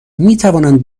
میتوانند